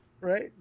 Right